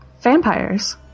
vampires